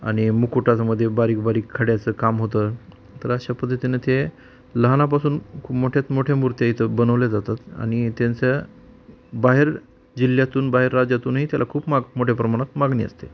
आणि मुकुटासमध्ये बारीकबारीक खड्याचं काम होतं तर अशा पद्धतीनं ते लहानापासून खूप मोठ्यात मोठ्या मूर्त्या इथं बनवल्या जातात आणि त्यांचं त्या बाहेर जिल्ह्यातून बाहेरराज्यातूनही त्याला खूप माग मोठ्या प्रमाणात मागणी असते आहे